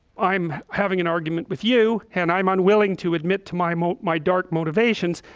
i'm having an argument with you and i'm unwilling to admit to my moat my dark motivations,